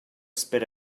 spit